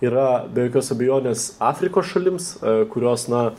yra be jokios abejonės afrikos šalims kurios na